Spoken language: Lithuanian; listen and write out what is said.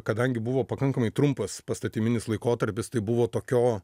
kadangi buvo pakankamai trumpas pastatyminis laikotarpis tai buvo tokio